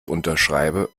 unterschreibe